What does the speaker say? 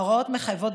ההוראות מחייבות,